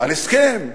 על הסכם,